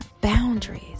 boundaries